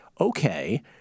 okay